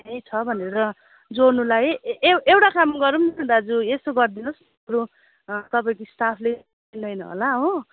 थाहै छ भनेर जोड्नु लाएँ एउटा काम गरौँ न दाजु यसो गरिदिनुहोस् बरु तपाईँको स्टाफले मिल्दैन होला हो